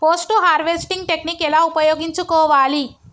Post harvesting technique ఎలా ఉపయోగించుకోవాలి?